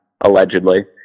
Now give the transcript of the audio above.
allegedly